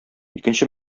икенче